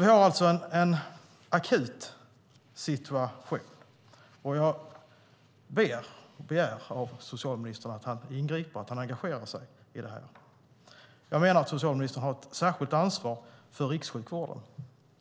Vi har alltså en akut situation. Jag ber socialministern att ingripa och engagera sig i detta. Jag begär det av honom, för jag menar att han har ett särskilt ansvar för rikssjukvården.